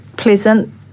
Pleasant